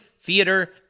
theater